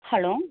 hello